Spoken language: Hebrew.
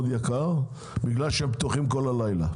מאוד יקר בגלל שהם פתוחים כל הלילה.